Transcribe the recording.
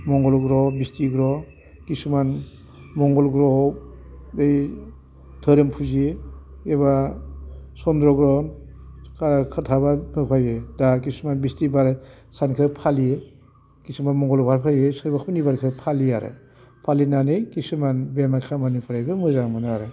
मंगल ग्रह' बिसथि ग्रह' खिसुमान मंगल ग्रह'आव बे धोरोम फुजियो एबा चन्द्र' ग्रह' थाबा दा खिसुमान बिसथिबार सानखौ फालियो खिसुमान मंगलबार होयो सोरबा सुनिबारखौ फालियो आरो फालिनानै खिसुमान देहा खामानिफ्राबो मोजां मोनो आरो